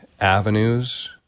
avenues